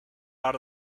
out